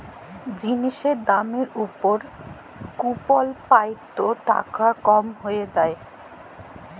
জিলিসের দামের উপর কুপল পাই ত টাকা কম হ্যঁয়ে যায়